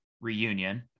reunion